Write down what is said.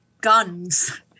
Guns